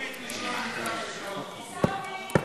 נספיק לישון איזה ארבע שעות.